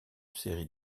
série